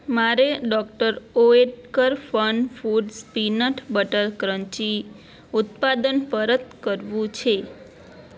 મારે ડો Oetker FunFoods peanut butter crunchy ઉત્પાદન પરત કરવું છે